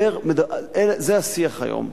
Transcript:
זה השיח היום.